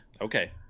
okay